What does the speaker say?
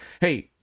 Hey